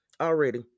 already